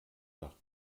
nach